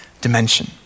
dimension